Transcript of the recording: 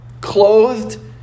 clothed